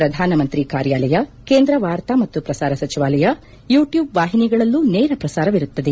ಪ್ರಧಾನ ಮಂತ್ರಿ ಕಾರ್ಯಾಲಯ ಕೇಂದ್ರ ವಾರ್ತಾ ಮತ್ತು ಪ್ರಸಾರ ಸಚಿವಾಲಯ ಯೂಟ್ಲೂಬ್ ವಾಹಿನಿಗಳಲ್ಲೂ ನೇರ ಪ್ರಸಾರವಿರುತ್ತದೆ